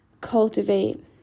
cultivate